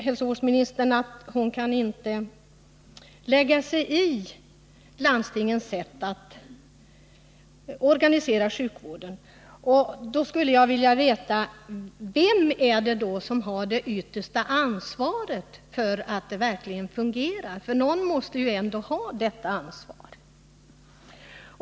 Hälsovårdsministern säger att hon inte kan lägga sig i landstingens sätt att organisera sjukvården. Jag vill då fråga: Vem är det som har det yttersta ansvaret för att det verkligen fungerar? Någon måste ju ändå ha detta ansvar.